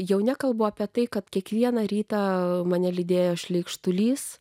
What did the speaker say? jau nekalbu apie tai kad kiekvieną rytą mane lydėjo šleikštulys